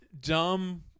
dumb